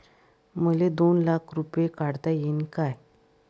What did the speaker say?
मले दोन लाख रूपे काढता येईन काय?